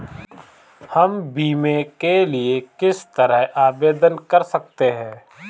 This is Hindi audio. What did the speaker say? हम बीमे के लिए किस तरह आवेदन कर सकते हैं?